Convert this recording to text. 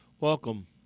Welcome